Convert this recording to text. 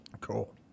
Cool